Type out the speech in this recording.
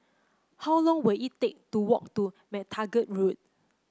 how long will it take to walk to MacTaggart Road